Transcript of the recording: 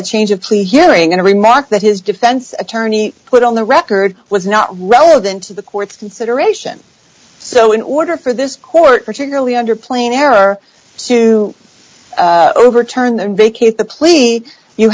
the change of plea hearing and a remark that his defense attorney put on the record was not relevant to the court's consideration so in order for this court particularly under plain error to overturn their